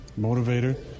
motivator